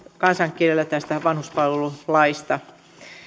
kansankielellä vanhuspalvelulaista